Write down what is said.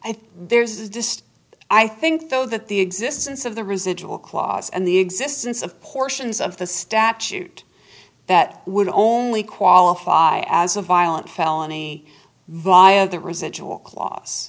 think there's just i think though that the existence of the residual clause and the existence of portions of the statute that would only qualify as a violent felony why are the residual cl